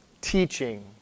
teaching